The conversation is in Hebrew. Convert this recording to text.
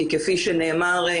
כי כפי שציינתם,